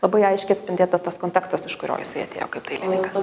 labai aiškiai atspindėtas tas kontaktas iš kurio jisai atėjo kaip dailininkas